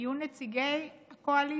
יהיו נציגי הקואליציה,